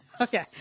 Okay